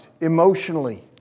Emotionally